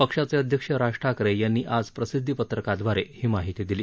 पक्षाचे अध्यक्ष राज ठाकरे यांनी आज प्रसिद्धीपत्रकाद्वारे ही माहिती दिली